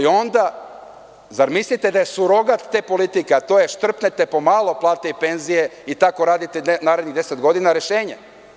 Zar mislite onda da je surogat te politike, a to je štrpnete po malo plate i penzije i tako radite narednih 10 godina, rešenje?